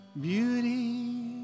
beauty